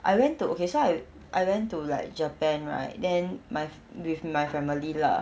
I went to okay so I I went to like japan right then my with my family lah